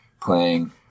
playing